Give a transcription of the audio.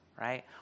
Right